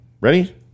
Ready